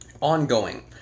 Ongoing